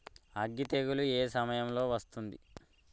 అగ్గి తెగులు ఏ సమయం లో వస్తుంది?